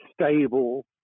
stable